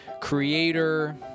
creator